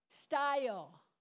style